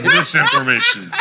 Misinformation